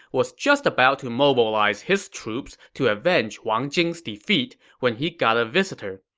was just about to mobilize his troops to avenge wang jing's defeat when he got a visitor.